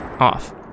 off